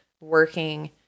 working